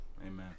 Amen